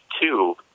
two